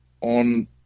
on